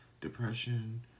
depression